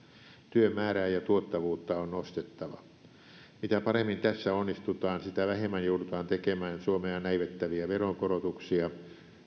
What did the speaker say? työmäärää ja tuottavuutta on nostettava mitä paremmin tässä onnistutaan sitä vähemmän joudutaan tekemään suomea näivettäviä veronkorotuksia